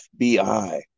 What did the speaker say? FBI